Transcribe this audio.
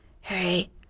Hey